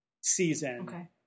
season